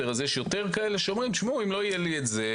יש יותר כאלה שאומרים: אם לא יהיה לי את זה,